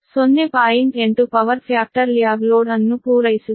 8 power factor lag load ಅನ್ನು ಪೂರೈಸುತ್ತಿದೆ